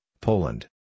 Poland